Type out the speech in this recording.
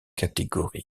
catégorie